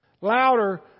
Louder